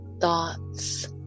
thoughts